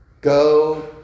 go